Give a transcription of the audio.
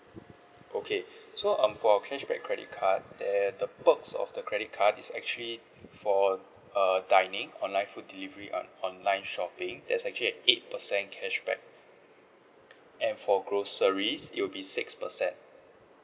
okay so um for our cashback credit card there the perks of the credit card is actually for uh dining online food delivery on online shopping there's actually a eight percent cashback and for groceries it will be six percent